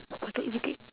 I thought you looking